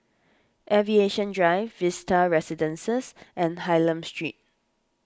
Aviation Drive Vista Residences and Hylam Street